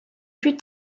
plus